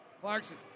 Clarkson